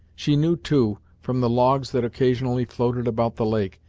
she knew, too, from the logs that occasionally floated about the lake,